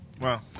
Wow